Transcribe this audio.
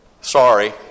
sorry